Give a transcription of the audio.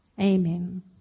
Amen